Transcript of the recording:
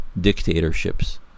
dictatorships